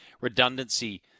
redundancy